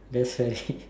that's fair